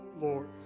Lord